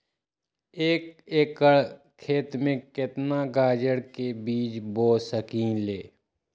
एक एकर खेत में केतना गाजर के बीज बो सकीं ले?